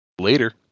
Later